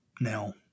Now